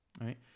right